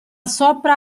sopra